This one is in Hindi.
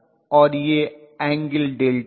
और यह एंगल δ है